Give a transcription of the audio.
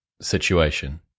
situation